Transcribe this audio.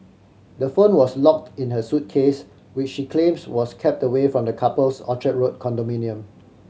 the phone was locked in her suitcase which she claims was kept away from the couple's Orchard Road condominium